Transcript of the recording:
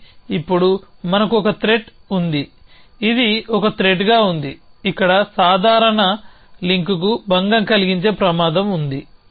కానీ ఇప్పుడు మనకు ఒక త్రెట్ ఉందిఇది ఒక త్రెట్గా ఉంది ఇక్కడ ఈ సాధారణ లింక్కు భంగం కలిగించే ప్రమాదం ఉంది